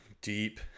Deep